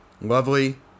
lovely